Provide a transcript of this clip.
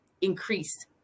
increased